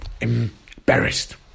embarrassed